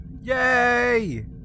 Yay